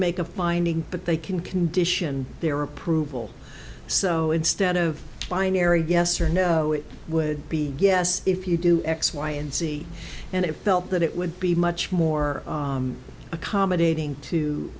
make a finding but they can condition their approval so instead of binary yes or no it would be yes if you do x y and z and it felt that it would be much more accommodating to